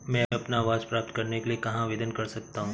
मैं अपना आवास प्राप्त करने के लिए कहाँ आवेदन कर सकता हूँ?